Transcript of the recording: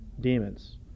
demons